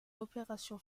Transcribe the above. l’opération